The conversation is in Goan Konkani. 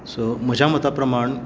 सो म्हज्या मता प्रमाण